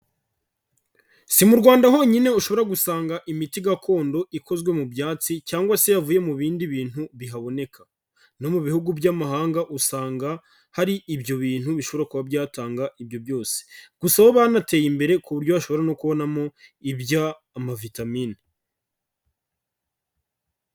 Si mu Rwanda honyine ushobora gusanga imiti gakondo ikozwe mu byatsi cyangwa se yavuye mu bindi bintu bihaboneka, no mu bihugu by'amahanga usanga hari ibyo bintu bishobora kuba byatanga ibyo byose, gusa ho banateye imbere ku buryo bashobora no kubonamo iby'amavitamine.